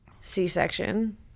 c-section